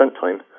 time